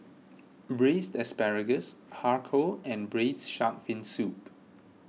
Braised Asparagus Har Kow and Braised Shark Fin Soup